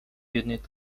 united